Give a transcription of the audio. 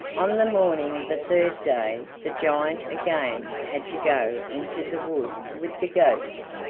on the morning of the third day the giant again had to go into the wood with the goats.